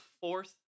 fourth